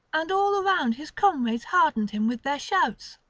and all round his comrades heartened him with their shouts.